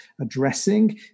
addressing